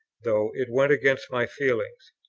though it went against my feelings,